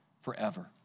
forever